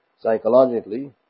psychologically